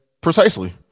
Precisely